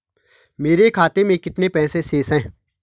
मेरे खाते में कितने पैसे शेष हैं?